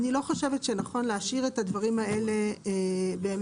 אני לא חושבת שנכון להשאיר את הדברים האלה לבחירה.